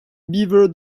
beaver